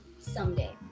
someday